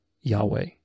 Yahweh